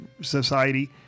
Society